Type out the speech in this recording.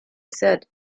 said